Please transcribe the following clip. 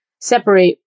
separate